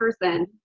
person